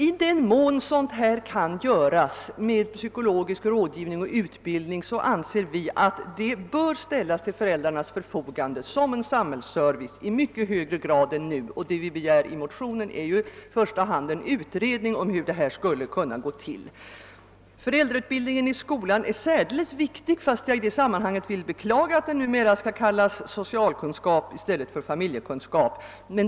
I den mån psykologisk rådgivning och utbildning kan åstadkommas anser vi att sådan samhällsservice bör tillhandahållas föräldrarna i mycket större utsträckning än nu. I motionerna begär vi i första hand en utredning om hur detta skulle kunna ske. deles viktig, och i det här sammanhanget vill jag beklaga att den numera skall kallas socialkunskap i stället för familjekunskap.